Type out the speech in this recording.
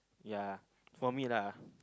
ya for me lah